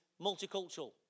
multicultural